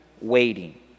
waiting